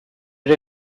ere